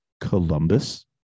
Columbus